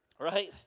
Right